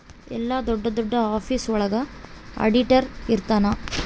ಎಲ್ಲ ದೊಡ್ಡ ದೊಡ್ಡ ಆಫೀಸ್ ಒಳಗ ಆಡಿಟರ್ ಇರ್ತನ